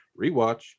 rewatch